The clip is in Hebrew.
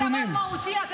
על דבר מהותי אתם לא עושים.